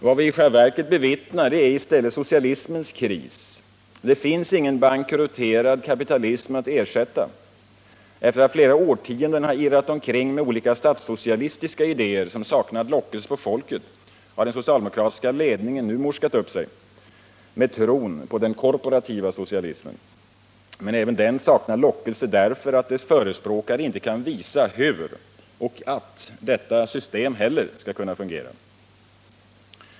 Vad vi nu bevittnar är i stället socialismens kris. Det finns ingen bankrutterad kapitalism att ersätta. Efter att under flera årtionden ha irrat omkring med olika statssocialistiska idéer som saknat lockelse på folket har den socialdemokratiska ledningen nu morskat upp sig med tron på den korporativa socialismen. Men även den saknar lockeise därför att dess förespråkare inte heller kan visa att och hur detta system skall fungera.